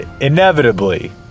inevitably